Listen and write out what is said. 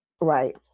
Right